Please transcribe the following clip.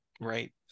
right